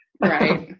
right